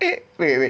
eh wait wait